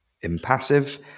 impassive